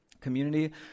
community